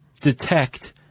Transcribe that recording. detect